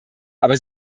aber